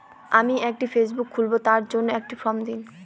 আমি একটি ফেসবুক খুলব তার জন্য একটি ফ্রম দিন?